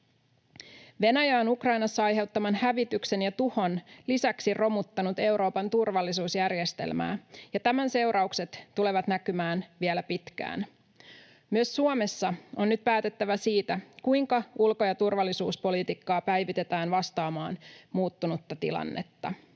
Venäjä on Ukrainassa aiheuttamansa hävityksen ja tuhon lisäksi romuttanut Euroopan turvallisuusjärjestelmää, ja tämän seuraukset tulevat näkymään vielä pitkään. Myös Suomessa on nyt päätettävä siitä, kuinka ulko- ja turvallisuuspolitiikkaa päivitetään vastaamaan muuttunutta tilannetta.